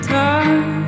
time